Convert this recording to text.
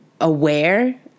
aware